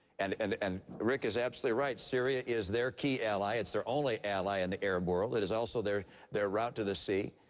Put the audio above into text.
and and and rick is absolutely right. syria is their key ally. it's their only ally in the arab world. it is also their their route to the sea.